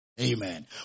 Amen